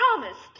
promised